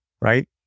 right